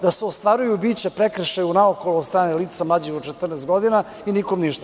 Da se ostvaruju bića prekršaja unaokolo od strane lica mlađih od 14 godina, i nikom ništa.